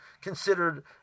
considered